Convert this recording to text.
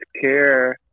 care